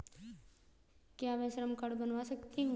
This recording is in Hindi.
क्या मैं श्रम कार्ड बनवा सकती हूँ?